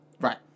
Right